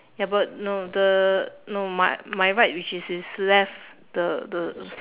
ya but no the no my my right which is his left the the